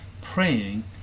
praying